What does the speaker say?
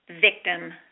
victim